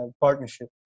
partnership